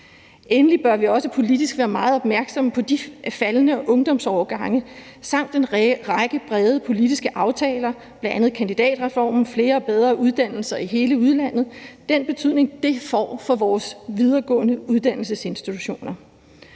Endelig bør vi også politisk være meget opmærksomme på de faldende ungdomsårgange samt en række brede politiske aftaler, bl.a. kandidatreformen, flere og bedre uddannelser i hele landet og den betydning, det får for vores videregående uddannelsesinstitutioner.